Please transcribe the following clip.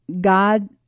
God